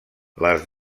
les